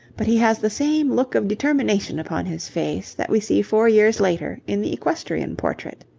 but he has the same look of determination upon his face that we see four years later in the equestrian portrait.